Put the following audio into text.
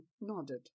nodded